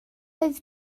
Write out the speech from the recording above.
oedd